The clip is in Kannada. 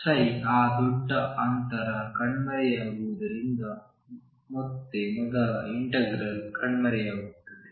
psi ಆ ದೊಡ್ಡ ಅಂತರ ಕಣ್ಮರೆಯಾಗುವುದರಿಂದ ಮತ್ತೆ ಮೊದಲ ಇಂಟೆಗ್ರಲ್ ಕಣ್ಮರೆಯಾಗುತ್ತದೆ